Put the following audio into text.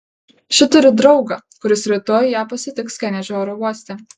ši turi draugą kuris rytoj ją pasitiks kenedžio oro uoste